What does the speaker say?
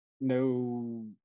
no